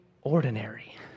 ordinary